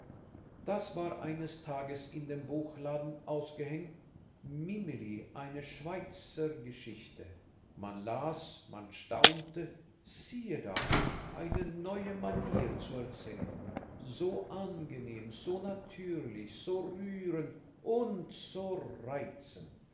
da war eines tages in den buchladen ausgehängt mimili eine schweizergeschichte man las man staunte siehe da eine neue manier zu erzählen so angenehm so natürlich so rührend und so reizend